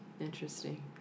Interesting